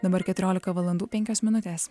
dabar keturiolika valandų penkios minutės